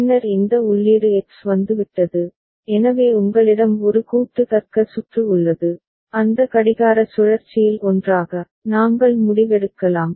பின்னர் இந்த உள்ளீடு x வந்துவிட்டது எனவே உங்களிடம் ஒரு கூட்டு தர்க்க சுற்று உள்ளது அந்த கடிகார சுழற்சியில் ஒன்றாக நாங்கள் முடிவெடுக்கலாம்